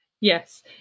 Yes